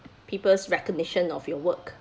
people's recognition of your work